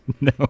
No